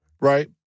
right